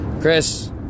Chris